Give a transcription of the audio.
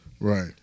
right